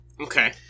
Okay